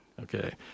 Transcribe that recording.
Okay